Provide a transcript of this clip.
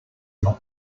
your